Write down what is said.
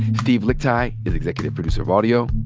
steve lickteig is executive producer of audio.